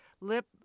lip